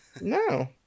no